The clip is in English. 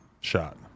shot